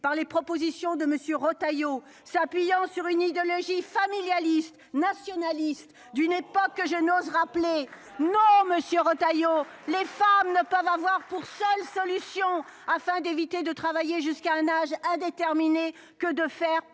par les propositions de monsieur Retailleau. S'appuyant sur une idéologie familialiste nationaliste du n'est pas que je n'ose rappeler non monsieur Retailleau. Les femmes ne peuvent avoir pour seule solution afin d'éviter de travailler jusqu'à un âge à déterminer que de faire